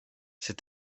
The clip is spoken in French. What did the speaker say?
ses